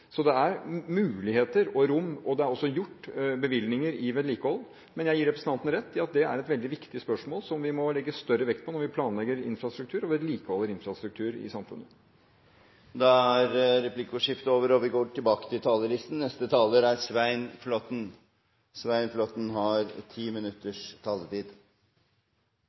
Så det er muligheter og rom, og det er også gitt bevilgninger til vedlikehold, men jeg gir representanten rett i at dette er et veldig viktig spørsmål som vi må legge større vekt på når vi planlegger infrastruktur og vedlikeholder infrastruktur i samfunnet. Replikkordskiftet er omme. La meg først gi honnør til komiteens leder som på kort tid har